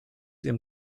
ihrem